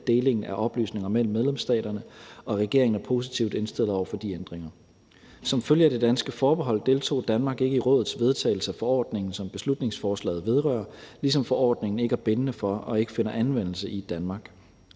delingen af oplysninger mellem medlemsstaterne. Regeringen er positivt indstillet over for de ændringer. Som følge af det danske forbehold deltog Danmark ikke i Rådets vedtagelse af forordningen, som beslutningsforslaget vedrører, ligesom forordningen ikke er bindende for og ikke finder anvendelse i Danmark.